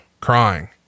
crying